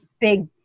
big